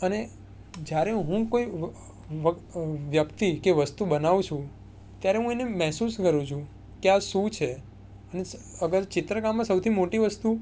અને જ્યારે હું કોઈ વ્યક્તિ કે વસ્તુ બનાવું છું ત્યારે હું એને મહેસૂસ કરું છું કે આ શું છે અને અગર ચિત્રકામમાં સૌથી મોટી વસ્તુ